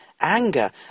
anger